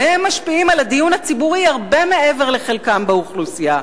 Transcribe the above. והם משפיעים על הדיון הציבורי הרבה מעבר לחלקם באוכלוסייה.